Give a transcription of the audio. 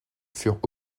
furent